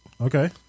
Okay